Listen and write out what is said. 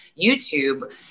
YouTube